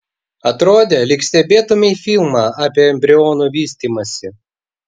atrodė lyg stebėtumei filmą apie embrionų vystymąsi